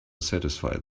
satisfy